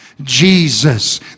Jesus